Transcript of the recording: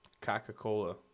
Coca-Cola